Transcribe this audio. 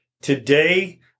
Today